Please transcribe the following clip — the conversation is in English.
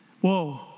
Whoa